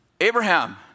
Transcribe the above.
Abraham